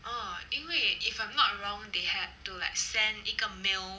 ah 因为 if I'm not wrong they had to like send 一个 male